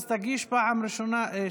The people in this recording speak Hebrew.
אז תגיש פעם שנייה.